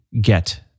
get